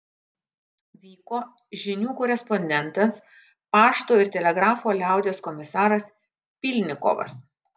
vyko žinių korespondentas pašto ir telegrafo liaudies komisaras pylnikovas